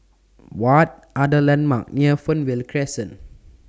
What Are The landmarks near Fernvale Crescent